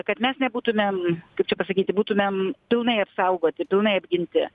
kad mes nebūtumėm kaip čia pasakyti būtumėm pilnai apsaugoti pilnai apginti